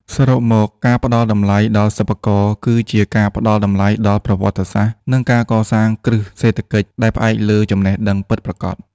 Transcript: សរុបមក ការផ្ដល់តម្លៃដល់សិប្បករគឺជាការផ្ដល់តម្លៃដល់ប្រវត្តិសាស្ត្រ និងការកសាងគ្រឹះសេដ្ឋកិច្ចដែលផ្អែកលើចំណេះដឹងពិតប្រាកដ។